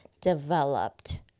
developed